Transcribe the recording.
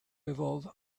evolve